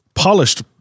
polished